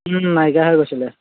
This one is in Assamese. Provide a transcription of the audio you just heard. নাইকিয়া হৈ গৈছিলে